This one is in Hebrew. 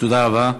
תודה רבה.